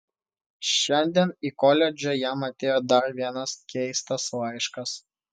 šiandien į koledžą jam atėjo dar vienas keistas laiškas